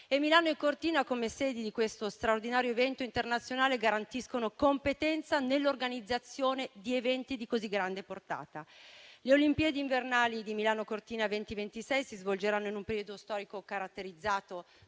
Milano e Cortina, come sedi di questo straordinario evento internazionale, garantiscono competenza nell'organizzazione di eventi di così grande portata. Le Olimpiadi invernali di Milano Cortina 2026 si svolgeranno in un periodo storico caratterizzato